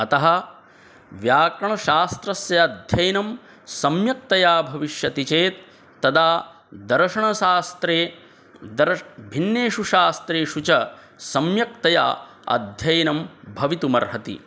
अतः व्याकरणशास्त्रस्य अध्ययनं सम्यक्तया भविष्यति चेत् तदा दर्शनशास्त्रे भिन्नेषु शास्त्रेषु च सम्यक्तया अध्ययनं भवितुमर्हति